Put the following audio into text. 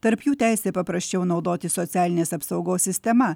tarp jų teisė paprasčiau naudotis socialinės apsaugos sistema